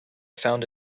found